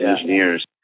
engineers